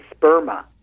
sperma